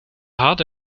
had